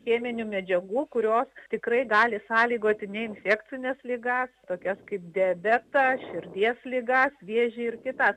cheminių medžiagų kurios tikrai gali sąlygoti neinfekcines ligas tokias kaip diabetą širdies ligas vėžį ir kitas